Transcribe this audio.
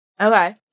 okay